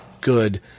good